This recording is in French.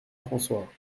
françois